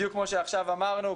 בדיוק כמו שעכשיו אמרנו.